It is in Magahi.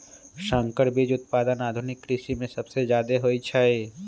संकर बीज उत्पादन आधुनिक कृषि में सबसे जादे होई छई